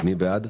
מי בעד?